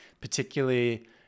particularly